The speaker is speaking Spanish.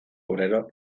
obrero